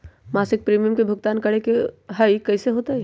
मासिक प्रीमियम के भुगतान करे के हई कैसे होतई?